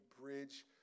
bridge